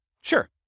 Sure